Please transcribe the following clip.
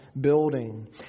building